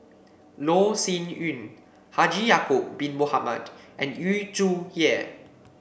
Loh Sin Yun Haji Ya'acob Bin Mohamed and Yu Zhuye